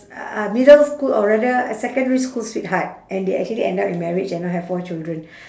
uh uh middle school or rather secondary school sweetheart and they actually ended up in marriage and now have four children